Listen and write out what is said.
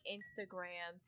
Instagram